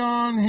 on